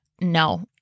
no